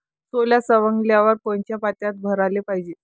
सोला सवंगल्यावर कोनच्या पोत्यात भराले पायजे?